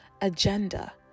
agenda